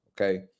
Okay